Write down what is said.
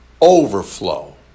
overflow